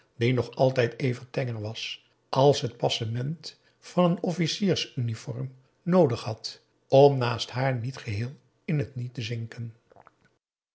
die nog altijd even tenger was al het passement van een officiersuniform noodig had om naast haar niet geheel in het niet te zinken